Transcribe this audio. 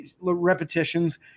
repetitions